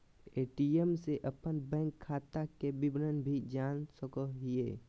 ATM से अपन bank खाता के विवरण भी जान सको हिये